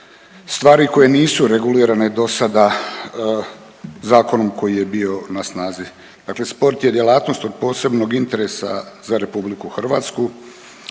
stvari koje nisu regulirane do sada zakonom koji je bio na snazi. Dakle, sport je djelatnost od posebnog interesa za Republiku Hrvatsku.